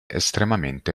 estremamente